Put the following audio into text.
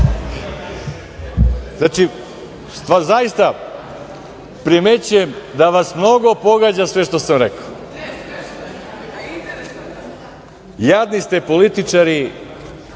kakvi ste kao…Primećujem da vas mnogo pogađa sve što sam rekao. Jadni ste političari